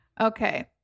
okay